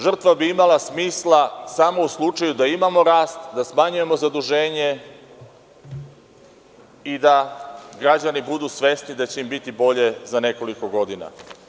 Žrtva bi imala smisla samo u slučaju da imamo rast, da smanjujemo zaduženje i da građani budu svesni da će im biti bolje za nekoliko godina.